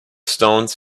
stones